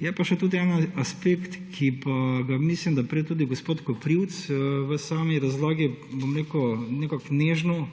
Je pa tudi en aspekt, ki pa ga je, mislim da, tudi prej gospod Koprivc v sami razlagi nekako nežno